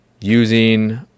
using